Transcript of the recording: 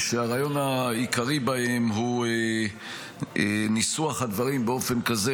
והרעיון העיקרי בהם הוא ניסוח הדברים באופן כזה